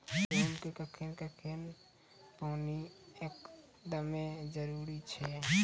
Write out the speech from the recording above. गेहूँ मे कखेन कखेन पानी एकदमें जरुरी छैय?